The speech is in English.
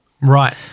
Right